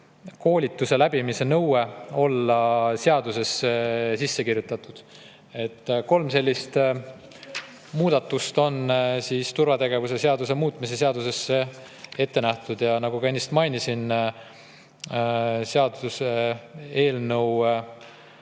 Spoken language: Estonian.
koolituse läbimise nõue võiks olla seadusesse sisse kirjutatud. Kolm sellist muudatust on turvategevuse seaduse muutmise seaduses ette nähtud. Nagu ennist mainisin, [otsus] seaduseelnõu